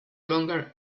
longer